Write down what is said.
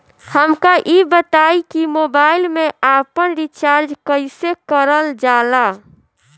हमका ई बताई कि मोबाईल में आपन रिचार्ज कईसे करल जाला?